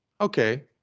okay